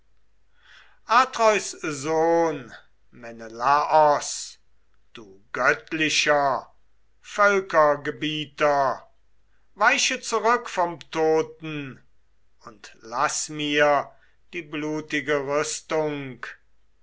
atreus sohn menelaos du göttlicher völkergebieter weiche zurück vom toten und laß mir die blutige rüstung